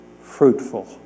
fruitful